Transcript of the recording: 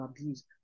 Abuse